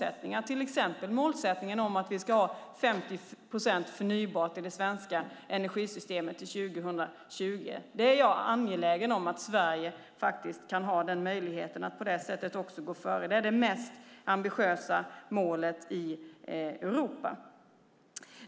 Det kan gälla till exempel målet att ha 50 procent förnybart i det svenska energisystemet till 2020. Jag är angelägen om att Sverige kan gå före. Det är det mest ambitiösa målet i Europa.